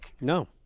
No